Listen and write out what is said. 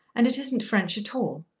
and it isn't french at all.